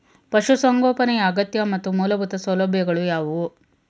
ಪಶುಸಂಗೋಪನೆಯ ಅಗತ್ಯ ಮತ್ತು ಮೂಲಭೂತ ಸೌಲಭ್ಯಗಳು ಯಾವುವು?